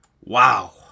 Wow